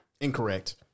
Incorrect